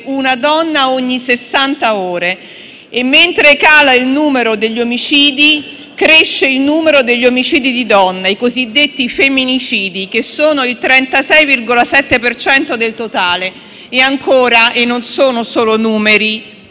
una donna ogni sessanta ore - e mentre cala il numero degli omicidi, cresce il numero degli omicidi di donne, i cosiddetti femminicidi, che sono il 36,7 per cento del totale. E ancora - e non sono solo numeri